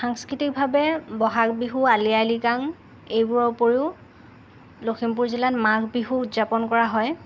সাংস্কৃতিকভাৱে ব'হাগ বিহু আলি আই লৃগাং এইবোৰৰ উপৰিও লখিমপুৰ জিলাত মাঘ বিহু উদযাপন কৰা হয়